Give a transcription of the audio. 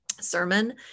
sermon